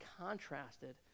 contrasted